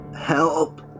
Help